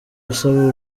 asaba